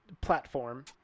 platform